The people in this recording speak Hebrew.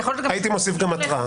הייתי מוסיף גם התראה.